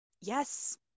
Yes